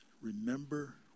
remember